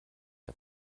der